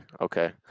Okay